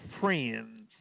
friends